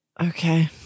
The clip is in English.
Okay